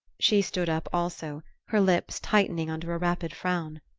she stood up also, her lips tightening under a rapid frown.